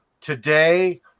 today